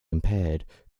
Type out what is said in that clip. impaired